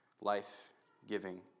life-giving